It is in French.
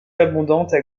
abondantes